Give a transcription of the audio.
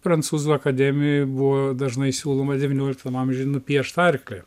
prancūzų akademijoj buvo dažnai siūloma devynioliktam amžiuj nupiešt arklį